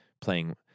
playing